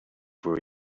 where